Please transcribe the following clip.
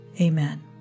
Amen